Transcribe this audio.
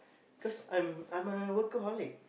cause I'm I'm a workaholic